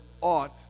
ought